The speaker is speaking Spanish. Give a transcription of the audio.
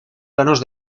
planos